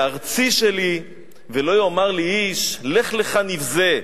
בארצי שלי, ולא יאמר לי איש: לך לך מזה,